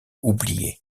oubliée